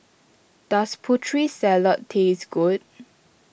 does Putri Salad taste good